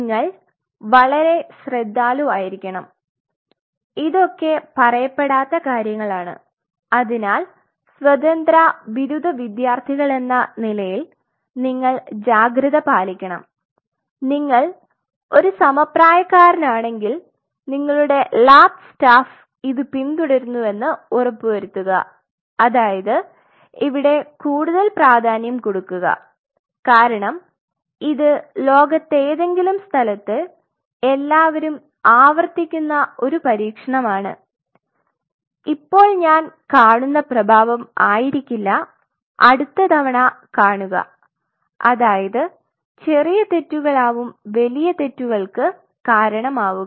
നിങ്ങൾ വളരെ ശ്രദ്ധാലുവായിരിക്കണം ഇതൊക്കെ പറയപ്പെടാത്ത കാര്യങ്ങളാണ് അതിനാൽ സ്വതന്ത്ര ബിരുദ വിദ്യാർത്ഥികളെന്ന നിലയിൽ നിങ്ങൾ ജാഗ്രത പാലിക്കണം നിങ്ങൾ ഒരു സമപ്രായക്കാരനാണെങ്കിൽ നിങ്ങളുടെ ലാബ് സ്റ്റാഫ് ഇത് പിന്തുടരുന്നുവെന്ന് ഉറപ്പുവരുത്തുക അതായത് ഇവിടെ കൂടുതൽ പ്രാധാന്യം കൊടുക്കുക കാരണം ഇത് ലോകത്തിലെ ഏതെങ്കിലും സ്ഥലത്ത് എല്ലാവരും ആവർത്തിക്കുന്ന ഒരു പരീക്ഷണമാണ് ഇപ്പോൾ ഞാൻ കാണുന്ന പ്രഭാവം ആയിരിക്കില്ല അടുത്ത തവണ കാണുക അതായത് ചെറിയ തെറ്റുകൾ ആവും വലിയ തെറ്റുകൾക്ക് കാരണമാവുക